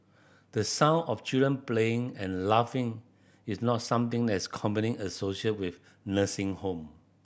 the sound of children playing and laughing is not something that is commonly associated with nursing home